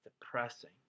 depressing